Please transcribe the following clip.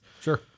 Sure